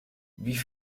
wie